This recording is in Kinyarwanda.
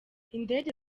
indege